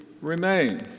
remain